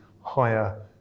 higher